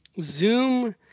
zoom